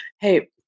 Hey